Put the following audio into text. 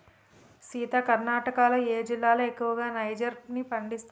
సీత కర్ణాటకలో ఏ జిల్లాలో ఎక్కువగా నైజర్ ని పండిస్తారు